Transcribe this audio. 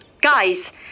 guys